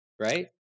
right